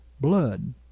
blood